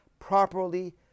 properly